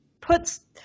puts